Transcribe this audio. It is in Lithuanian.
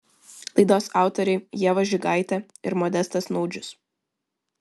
laidos autoriai ieva žigaitė ir modestas naudžius